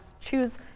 choose